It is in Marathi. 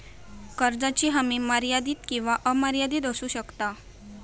कर्जाची हमी मर्यादित किंवा अमर्यादित असू शकता